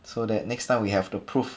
so that next time we have the prove